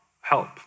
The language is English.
help